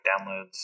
downloads